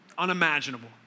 unimaginable